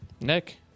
Nick